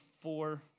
four